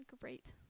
great